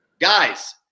guys